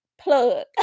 Plug